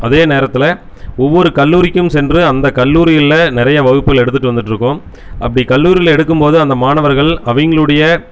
அதே நேரத்தில் ஒவ்வொரு கல்லூரிக்கும் சென்று அந்த கல்லூரியில்ல நிறைய வகுப்புகள் எடுத்துட்டு வந்துட்டுருக்கோம் அப்படி கல்லூரியில் எடுக்கும்போது அந்த மாணவர்கள் அவங்ளுடைய